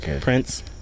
Prince